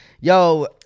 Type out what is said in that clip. Yo